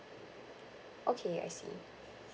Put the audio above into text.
okay I see